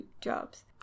jobs